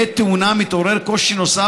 בעת תאונה מתעורר קושי נוסף,